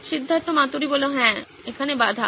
সিদ্ধার্থ মাতুরি হ্যাঁ এখানে বাধা